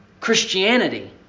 Christianity